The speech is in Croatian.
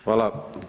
Hvala.